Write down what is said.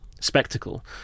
spectacle